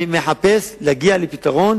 אני מנסה להגיע לפתרון